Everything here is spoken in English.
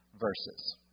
verses